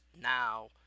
now